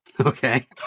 Okay